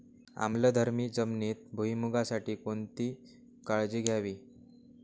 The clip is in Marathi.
आम्लधर्मी जमिनीत भुईमूगासाठी कोणती काळजी घ्यावी?